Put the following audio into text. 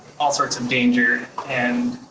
all sorts of danger. and